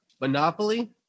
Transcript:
Monopoly